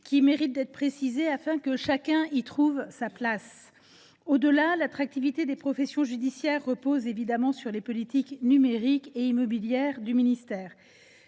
qui mérite d’être précisée afin que chacun y trouve sa place. L’attractivité des professions judiciaires repose évidemment, par ailleurs, sur les politiques numérique et immobilière du ministère.